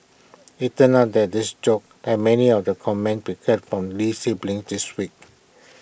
IT turns out that this joke like many of the comments we heard from lee siblings this week